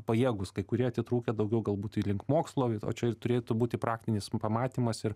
pajėgūs kai kurie atitrūkę daugiau galbūt į link mokslo o čia turėtų būti praktinis pamatymas ir